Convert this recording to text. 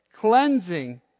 cleansing